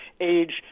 age